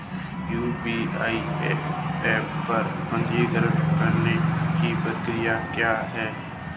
UPI app पर पंजीकरण करने की प्रक्रिया क्या है?